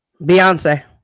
Beyonce